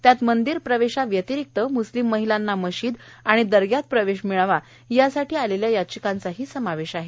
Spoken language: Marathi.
त्यात मंदिर प्रवेशाव्यतिरिक्त म्स्लिम महिलांना मशीद आणि दर्ग्यात प्रवेश मिळावा यासाठी आलेल्या याचिकांचाही समावेश आहे